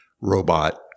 robot